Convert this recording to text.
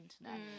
internet